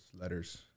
letters